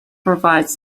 provides